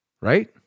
Right